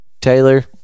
Taylor